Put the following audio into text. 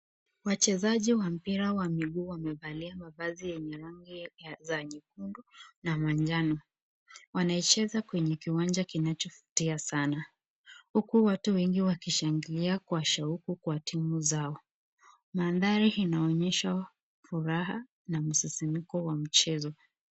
Wachezaji wa mpira wa miguu wamevalia mavazi yenye rangi za nyekundu na manjano. Wanaicheza kwenye kiwanja kinachovutia sana huku watu wengi wakishangilia kwa shauku kwa timu zao. Mandhari inaonyesha furaha na msisimko wa mchezo.